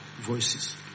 voices